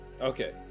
okay